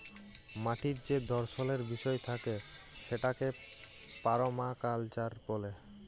মাটির যে দর্শলের বিষয় থাকে সেটাকে পারমাকালচার ব্যলে